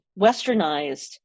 westernized